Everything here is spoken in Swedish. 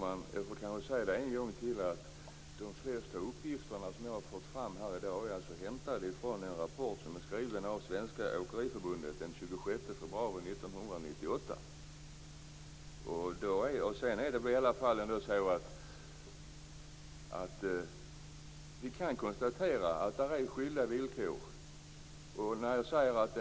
Herr talman! Jag vill än en gång säga att de flesta uppgifter som jag har använt mig av här i dag är hämtade från en rapport som är skriven av Svenska Vi kan konstatera att villkoren är olika.